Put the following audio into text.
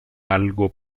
algo